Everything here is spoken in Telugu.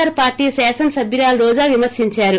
ఆర్ పార్టీ శాసన సబ్యురాలు రోజా విమర్పించారు